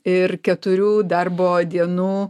ir keturių darbo dienų